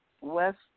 West